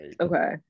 okay